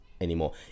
anymore